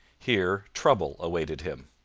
here trouble awaited him.